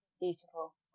beautiful